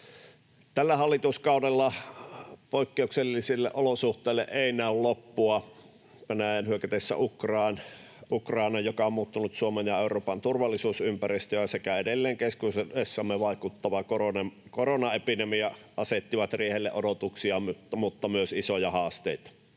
Tällä hallituskaudella poikkeuksellisille olosuhteille ei näy loppua. Venäjän hyökkäys Ukrainaan, joka on muuttanut Suomen ja Euroopan turvallisuusympäristöä, sekä edelleen keskuudessamme vaikuttava koronaepidemia asettivat riihelle odotuksia mutta myös isoja haasteita.